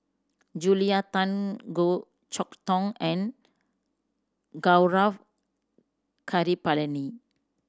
Julia Tan Goh Chok Tong and Gaurav Kripalani